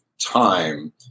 time